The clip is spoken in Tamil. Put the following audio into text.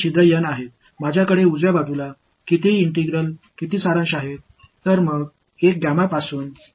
என்னிடத்தில் வலது புறத்தில் எத்தனை ஒருங்கிணைப்புகள் மற்றும் எத்தனை சுருக்கம் உள்ளன